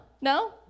No